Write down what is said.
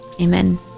amen